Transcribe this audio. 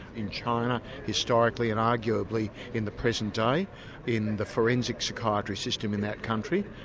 in china historically and arguably in the present day in the forensic psychiatry system in that country.